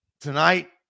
tonight